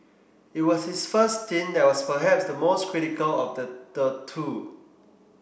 it was his first stint that was perhaps the most critical of the the two